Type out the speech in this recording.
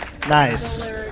Nice